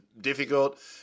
difficult